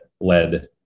led